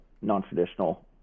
non-traditional